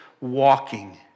walking